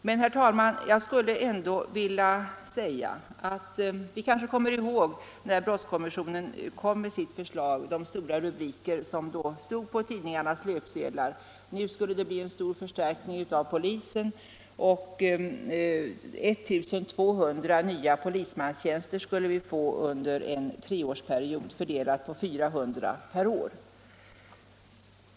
Men, herr talman, jag vill erinra om de stora rubrikerna på tidningarnas löpsedlar, när brottskommissionen lade fram sitt förslag; det skulle bli en stor förstärkning av polisen; vi skulle få 1 200 nya polismanstjänster under en treårsperiod, fördelade på 400 per år.